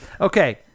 Okay